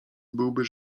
byłby